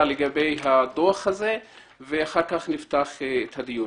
לגבי הדוח הזה ולאחר מכן נפתח את הדיון.